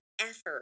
effort